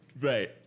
Right